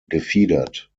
gefiedert